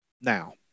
now